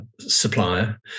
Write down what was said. supplier